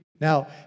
Now